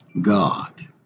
God